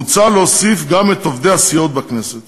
מוצע להוסיף גם את עובדי הסיעות בכנסת.